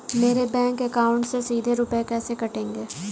मेरे bank account से सीधे रुपए कैसे कटेंगे?